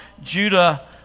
Judah